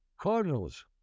Cardinals